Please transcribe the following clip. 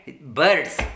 birds